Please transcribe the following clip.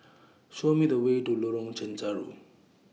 Show Me The Way to Lorong Chencharu